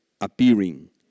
appearing